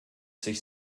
sich